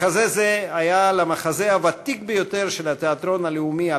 מחזה זה היה למחזה הוותיק ביותר של התיאטרון הלאומי "הבימה",